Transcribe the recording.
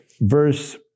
verse